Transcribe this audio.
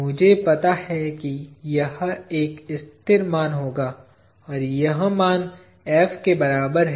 मुझे पता है कि यह एक स्थिर मान होगा और यह मान F के बराबर है